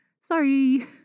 Sorry